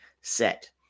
set